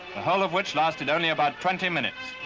the whole of which lasted only about twenty minutes.